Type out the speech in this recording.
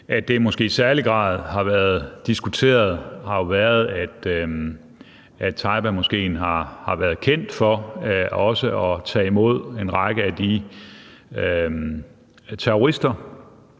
at det måske i særlig grad har været diskuteret, er, at Taibamoskéen har været kendt for gennem tiden at tage imod en række af de terrorister,